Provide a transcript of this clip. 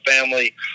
family